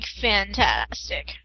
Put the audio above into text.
fantastic